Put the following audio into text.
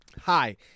Hi